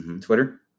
twitter